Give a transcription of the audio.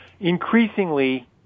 Increasingly